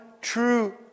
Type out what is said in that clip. true